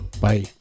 bye